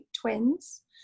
twins